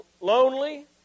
lonely